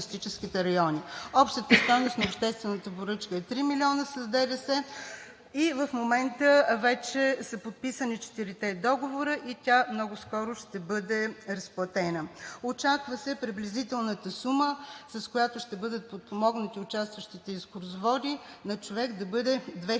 Общата стойност на обществената поръчка е 3 милиона с ДДС. В момента вече са подписани четирите договора и тя много скоро ще бъде разплатена. Очаква се приблизителната сума, с която ще бъдат подпомогнати участващите екскурзоводи, на човек да бъде 2660